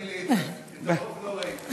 תאמין לי, את הרוב לא ראית.